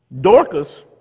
Dorcas